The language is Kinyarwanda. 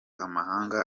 amahanga